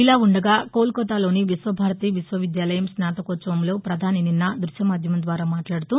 ఇలా ఉండగా కోల్కతాలోని విశ్వభారతి విశ్వవిద్యాలయం స్నాతకోత్సవంలో పధాని నిన్న ద్బశ్యమాధ్యమం ద్వారా మాట్లాడుతూ